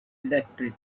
electric